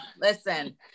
listen